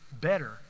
better